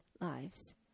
lives